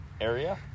area